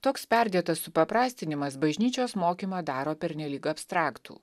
toks perdėtas supaprastinimas bažnyčios mokymą daro pernelyg abstraktų